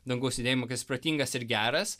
dangaus judėjimo kad jis protingas ir geras